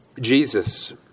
Jesus